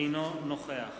אינו נוכח